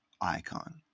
icon